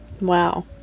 Wow